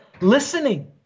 listening